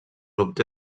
obté